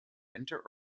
winter